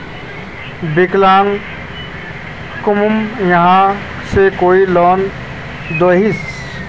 विकलांग कहुम यहाँ से कोई लोन दोहिस?